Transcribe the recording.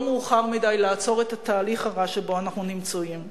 מאוחר מדי לעצור את התהליך הרע שבו אנחנו נמצאים.